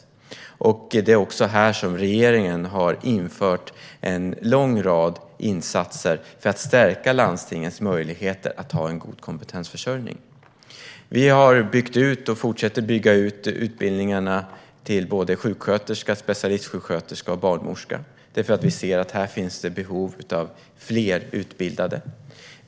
Det är också här som regeringen har infört en lång rad insatser för att stärka landstingens möjligheter att ha en god kompetensförsörjning. Vi har byggt ut och fortsätter att bygga ut utbildningarna till sjuksköterska, specialistsjuksköterska och barnmorska, eftersom vi ser att det här finns behov av fler utbildade.